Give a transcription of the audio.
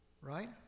right